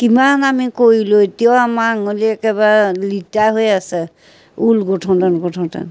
কিমান আমি কৰিলোঁ এতিয়াও আমাৰ আঙুলি একেবাৰে লিতা হৈ আছে ঊল গোঁঠোতে গোঁঠোতে